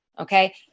okay